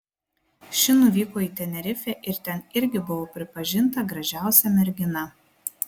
ši nuvyko į tenerifę ir ten irgi buvo pripažinta gražiausia mergina